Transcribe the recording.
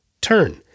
turn